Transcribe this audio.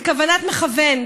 וזו כוונת מכוון,